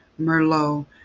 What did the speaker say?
Merlot